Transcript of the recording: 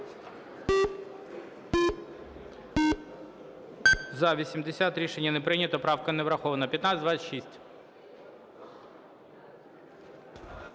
За-73 Рішення не прийнято, правка не врахована. 1976.